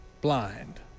blind